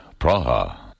Praha